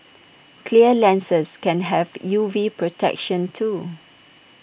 clear lenses can have U V protection too